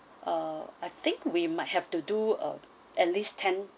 ah I think we might have to do uh at least ten